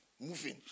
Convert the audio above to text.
moving